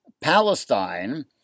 Palestine